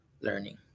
learning